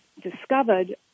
discovered